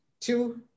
two